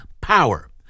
power